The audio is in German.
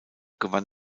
gewann